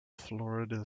florida